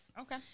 Okay